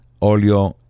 Olio